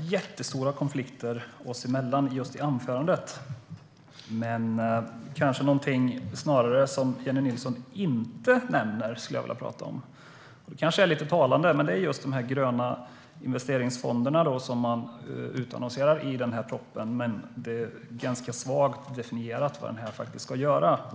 jättestora konflikter oss emellan om det som sas i just anförandet. Det är kanske snarare någonting som Jennie Nilsson inte nämner som jag skulle vilja prata om. Det kanske är lite talande. Det gäller de gröna investeringsfonderna som utannonseras i propositionen men där det är ganska svagt definierat vad de egentligen ska göra.